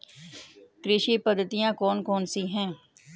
कृषि पद्धतियाँ कौन कौन सी हैं?